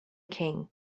king